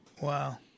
Wow